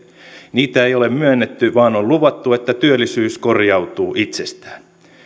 niitä ei ole myönnetty vaan on luvattu että työllisyys korjautuu itsestään